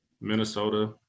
Minnesota